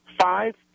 Five